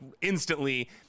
instantly